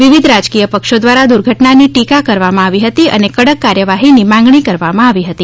વિવિધ રાજકીયપક્ષો દ્વારા દુર્ઘટનાની ટીકા કરવામાં આવી હતી અને કડક કાર્યવાહીની માંગણી કરવામાં આવી હતી